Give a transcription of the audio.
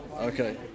Okay